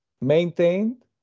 maintained